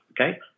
okay